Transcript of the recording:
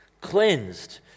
cleansed